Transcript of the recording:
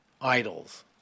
idols